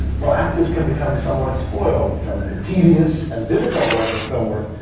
well, actors can become somewhat spoiled from the tedious and difficult work of film work.